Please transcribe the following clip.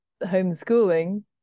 homeschooling